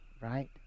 right